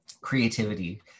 creativity